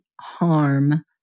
harm